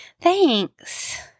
Thanks